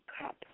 cup